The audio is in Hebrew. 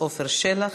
עפר שלח,